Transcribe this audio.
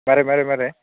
मारै मारै